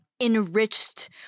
enriched